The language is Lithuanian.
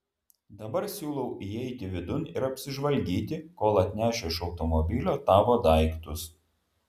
dabar siūlau įeiti vidun ir apsižvalgyti kol atnešiu iš automobilio tavo daiktus